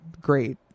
great